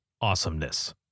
awesomeness